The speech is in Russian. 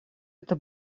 это